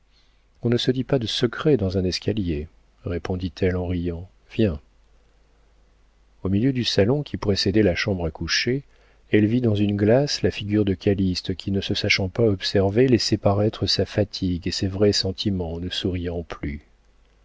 on ne se dit pas de secrets dans un escalier répondit-elle en riant viens au milieu du salon qui précédait la chambre à coucher elle vit dans une glace la figure de calyste qui ne se sachant pas observé laissait paraître sa fatigue et ses vrais sentiments en ne souriant plus